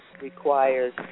requires